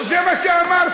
זה מה שאמרת.